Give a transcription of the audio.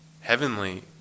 heavenly